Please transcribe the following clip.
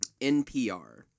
NPR